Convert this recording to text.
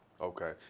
okay